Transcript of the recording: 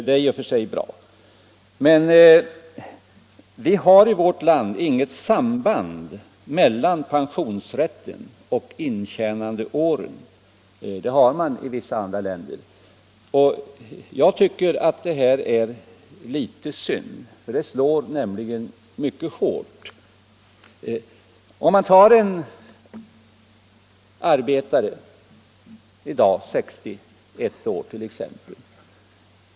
Det är i och för sig bra, men vi har i vårt land inget samband mellan pensionsrätten och intjänandeåren. Det har man i vissa andra länder. Jag tycker det är litet synd att vi inte har det, för detta slår nämligen mycket hårt. Som exempel kan vi ta en arbetare som i dag är 61 år.